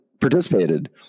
participated